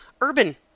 urban